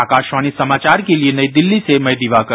आकाशवाणी समाचार के लिए नई दिल्ली से मैं दिवाकर